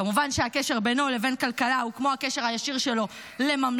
כמובן שהקשר בינו לבין כלכלה הוא כמו הקשר הישיר שלו לממלכתיות,